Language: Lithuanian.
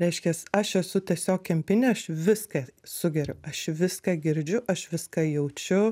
reiškias aš esu tiesiog kempinė aš viską sugeriu aš viską girdžiu aš viską jaučiu